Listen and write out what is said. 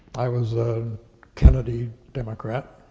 i was a kennedy democrat.